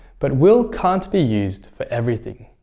but will can't be used for everything.